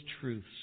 truths